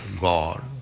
God